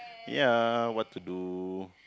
ya what to do